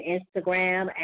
Instagram